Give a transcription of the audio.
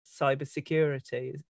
cybersecurity